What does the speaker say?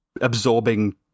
Absorbing